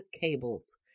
cables